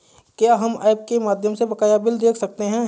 क्या हम ऐप के माध्यम से बकाया बिल देख सकते हैं?